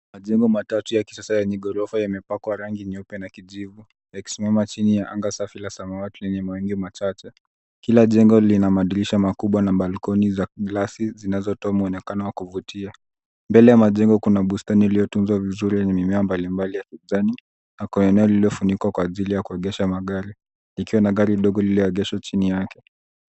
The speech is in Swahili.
Majengo matatu ya kisasa yenye ghorofa yamepakwa rangi nyeupe na kijivu, yakisimama chini ya anga safi la samawati lenye mawingu machache. Kila jengo lina madirisha makubwa na balkoni za glasi, zinazotoa mwonekano wa kuvutia. Mbele ya majengo kuna bustani iliyo tunzwa vizuri yenye mimea mbalimbali ya kijani, na kwa eneo lililofunikwa kwa ajili ya kuegesha magari, likiwa na gari ndogo lililoegeshwa chini yake.